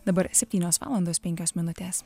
dabar septynios valandos penkios minutės